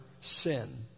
sin